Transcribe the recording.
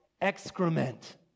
excrement